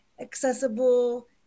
accessible